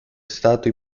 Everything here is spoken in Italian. stato